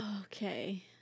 Okay